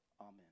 Amen